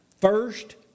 first